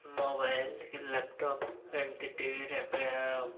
mobile laptop ଏମିତି ଟିଭିରେ